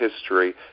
history